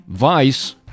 Vice